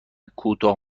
کوتاه